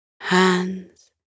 hands